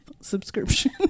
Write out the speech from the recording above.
subscription